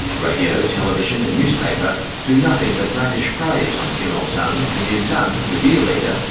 radio, television and newspaper do nothing but lavish praise on kim il-sung, and his son, the dear leader,